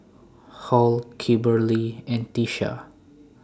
Hall Kimberley and Tisha